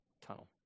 tunnel